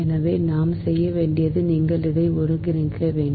எனவே நாம் செய்ய வேண்டியது நீங்கள் இதை ஒருங்கிணைக்க வேண்டும்